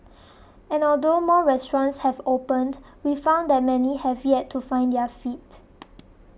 and although more restaurants have opened we found that many have yet to find their feet